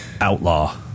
Outlaw